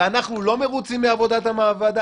ואנחנו לא מרוצים מעבודת הוועדה.